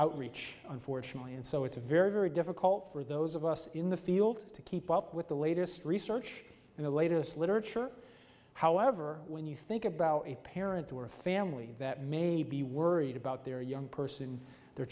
outreach unfortunately and so it's a very very difficult for those of us in the field to keep up with the latest research and the latest literature however when you think about a parent or a family that may be worried about their young person their